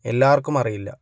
എല്ലാവർക്കും അറിയില്ല